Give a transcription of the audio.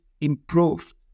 improved